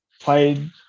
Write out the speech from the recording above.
played